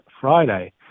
Friday